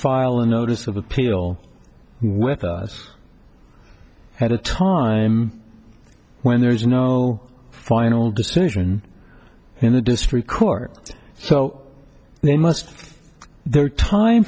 file a notice of appeal with us at a time when there is no final decision in the district court so they must their time